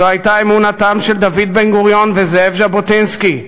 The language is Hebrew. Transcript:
זו הייתה אמונתם של דוד בן-גוריון וזאב ז'בוטינסקי,